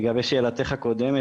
לגבי 2021,